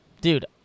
Dude